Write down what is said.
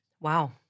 Wow